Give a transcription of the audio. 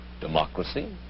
democracy